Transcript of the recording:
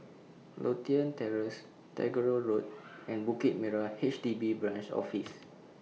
Lothian Terrace Tagore Road and Bukit Merah H D B Branch Office